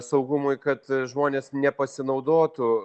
saugumui kad žmonės nepasinaudotų